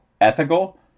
ethical